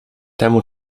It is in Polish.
temu